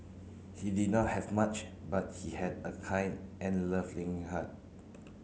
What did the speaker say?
he did not have much but he had a kind and loving heart